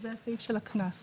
שזה הסעיף של הקנס.